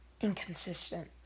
inconsistent